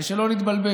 כדי שלא נתבלבל.